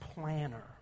planner